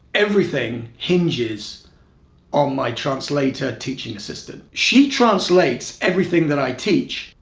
everything hinges on my translator-teaching assistant. she translates everything that i teach.